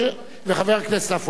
חבר הכנסת עפו אגבאריה.